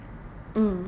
mm